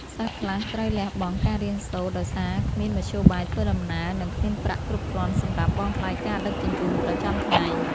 សិស្សខ្លះត្រូវលះបង់ការរៀនសូត្រដោយសារគ្មានមធ្យោបាយធ្វើដំណើរ និង គ្មានប្រាក់គ្រប់គ្រាន់សម្រាប់បង់ថ្លៃការដឹកជញ្ជូនប្រចាំថ្ងៃ។